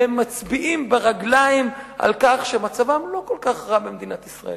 והם מצביעים ברגליים על כך שמצבם לא כל כך רע במדינת ישראל.